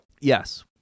Yes